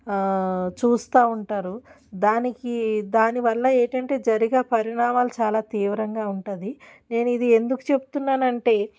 చూస్తా ఉంటారు దానికి దానివల్ల ఏటంటే జరిగే పరిణామాలు చాలా తీవ్రంగా ఉంటుంది నేను ఇది ఎందుకు చెప్తున్నాను అంటే